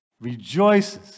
rejoices